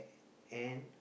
and